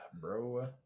bro